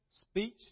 speech